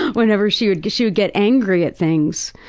whenever she would get, she would get angry at things.